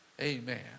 Amen